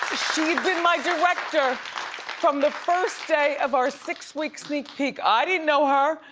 she'd been my director from the first day of our six week sneak peek, i didn't know her,